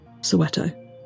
Soweto